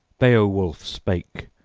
beowulf spake,